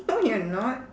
no you're not